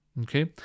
Okay